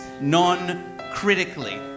non-critically